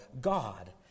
God